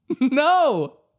No